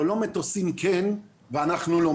אבל לא מטוסים כן ואנחנו לא.